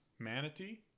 manatee